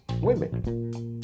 women